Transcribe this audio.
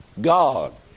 God